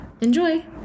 Enjoy